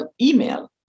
email